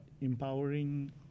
empowering